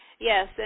Yes